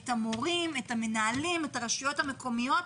את המורים, את המנהלים, את הרשויות המקומיות,